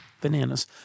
Bananas